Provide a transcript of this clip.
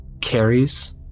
carries